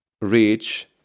reach